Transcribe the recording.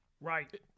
Right